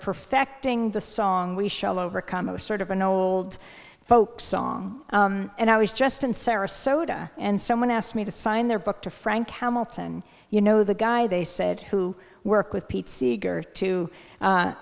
perfecting the song we shall overcome it was sort of an old folk song and i was just in sarasota and someone asked me to sign their book to frank hamilton you know the guy they said who work with pete seeger to